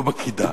לא בקידה,